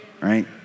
right